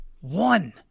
one